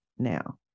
now